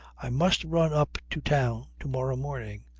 i must run up to town, to-morrow morning.